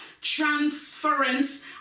transference